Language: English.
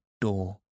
door